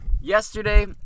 yesterday